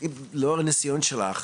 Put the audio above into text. ולא מהניסיון שלך,